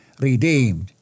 redeemed